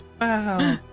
wow